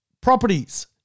properties